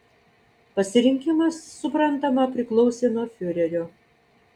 pasirinkimas suprantama priklausė nuo fiurerio